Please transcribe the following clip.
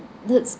that's